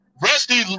Rusty